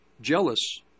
jealous